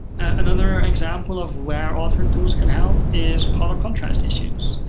another example of where authoring tools can help is color contrast issues.